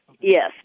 Yes